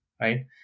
right